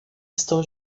estão